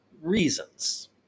reasons